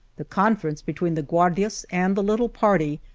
the conference between the guardias and the little party,